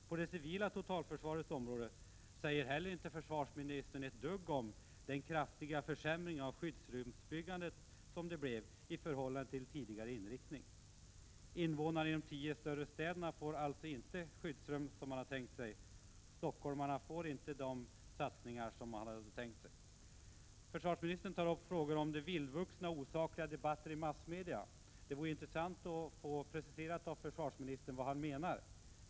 På det civila totalförsvarets område säger försvarsministern inte ett dugg om den kraftiga försämring av skyddsrumsbyggande som beslutet innebär — i förhållande till tidigare inriktning. Invånare i de tio större städerna får inte skyddsrum såsom det tidigare var tänkt. Stockholmarna får inte de satsningar som var avsedda. Försvarsministern tar upp frågan om vildvuxna och osakliga debatter i massmedia. Det vore intressant att få en redogörelse för vad försvarsministern menar.